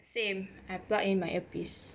same I plug in my earpiece